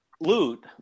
loot